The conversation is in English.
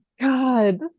God